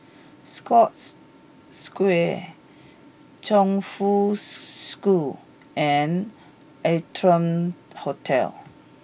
Scotts Square Chongfu School and Arton Hotel